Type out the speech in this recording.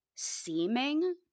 seeming